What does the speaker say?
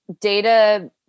data